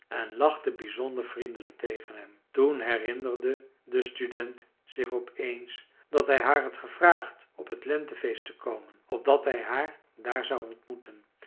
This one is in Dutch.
en lachte bizonder vriendelijk tegen hem toen herinnerde de student zich op eens dat hij haar had gevraagd op het lentefeest te komen opdat hij haar daar zou ontmoeten